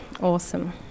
Awesome